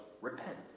repent